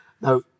Now